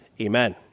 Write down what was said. Amen